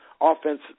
offense